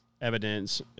evidence